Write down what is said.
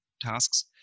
tasks